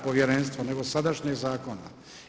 Povjerenstva nego sadašnjeg zakona.